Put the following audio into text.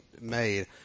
made